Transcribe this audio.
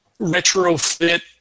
retrofit